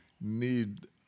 need